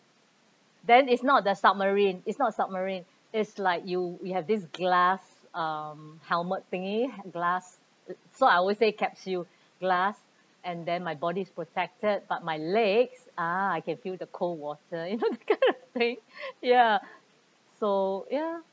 then it's not the submarine it's not a submarine it's like you we have this glass um helmet thingy glass so I always say capsule glass and then my body is protected but my legs ah I can feel the cold water you know that kind of thing ya so ya